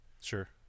sure